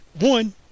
One